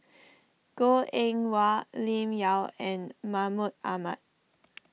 Goh Eng Wah Lim Yau and Mahmud Ahmad